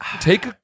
Take